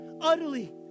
utterly